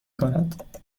کند